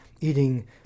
eating